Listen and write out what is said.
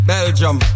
Belgium